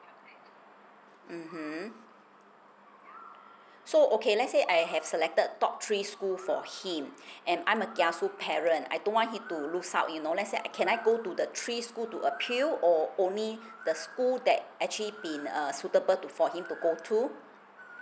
mmhmm so okay let's say I have selected top three school for him and I'm a kiasu parent I don't want him to lose out you know let's say I can I go to the three school to appeal or only the school that actually been uh suitable to for him to go to